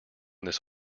this